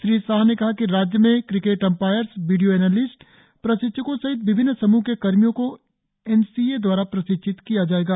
श्री शाह ने कहा कि राज्य में क्रिकेट अंपायर्स वीडियो एनलिस्ट प्रशिक्षकों सहित विभिन्न समूह के कर्मियों को एन सी ए द्वारा प्रशिक्षित किया जाएगा